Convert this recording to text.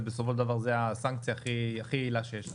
ובסופו של דבר זו הסנקציה הכי יעילה שיש לנו.